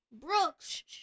Brooks